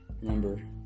remember